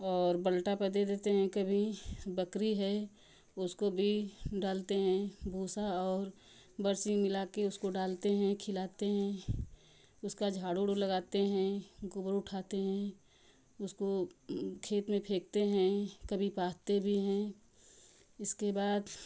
और बलटा पर दे देते हैं कभी बकरी है उसको भी डालते हैं भूँसा और बरसीन मिला के उसको डालते हैं खिलाते हैं उसका झाड़ू वाडू लगाते हैं गोबर उठाते हैं उसको खेत में फेंखते हैं कभी पात्थे भी हैं इसके बाद